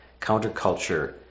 counterculture